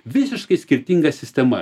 visiškai skirtinga sistema